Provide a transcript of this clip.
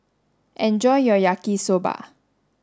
enjoy your Yaki Soba